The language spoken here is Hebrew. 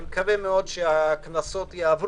אני מקווה מאוד שחוק הגדלת הקנסות יעבור.